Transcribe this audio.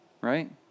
right